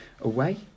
away